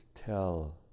tell